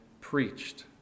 preached